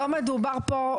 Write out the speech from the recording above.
לא מדובר פה,